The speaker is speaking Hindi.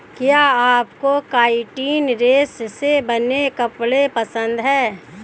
क्या आपको काइटिन रेशे से बने कपड़े पसंद है